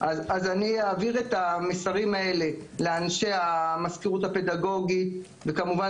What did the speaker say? אני אעביר את המסרים האלה לאנשי המזכירות הפדגוגית וכמובן